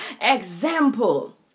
Example